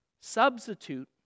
substitute